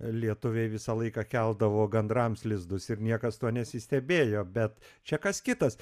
lietuviai visą laiką keldavo gandrams lizdus ir niekas tuo nesistebėjo bet čia kas kitas